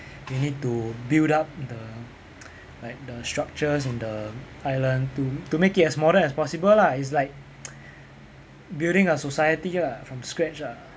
you need to build up the like the structures in the island to to make it as modern as possible lah it's like building a society lah from scratch ah